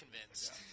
convinced